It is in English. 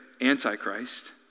Antichrist